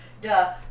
duh